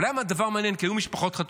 אבל היה דבר מעניין, כי היו משפחות חטופים,